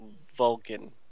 Vulcan